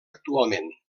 actualment